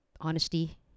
honesty